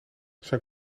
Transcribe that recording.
zijn